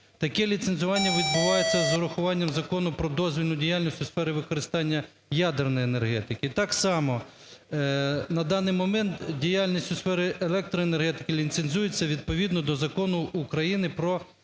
Таке ліцензування відбувається з урахуванням Закону "Про дозвільну діяльність у сфері використання ядерної енергетики". Так само на даний момент діяльність у сфері електроенергетики ліцензується відповідно до Закону України "Про ліцензування